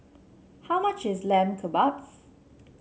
how much is Lamb Kebabs